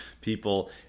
people